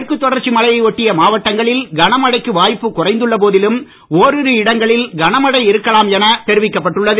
மேற்கு தொடர்ச்சி மலையை ஒட்டிய மாவட்டங்களில் கனமழைக்கு வாய்ப்பு குறைந்துள்ள போதிலும் ஓரிரு இடங்களில் கனமழை இருக்கலாம் எனத் தெரிவிக்கப்பட்டுள்ளது